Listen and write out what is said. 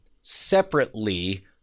separately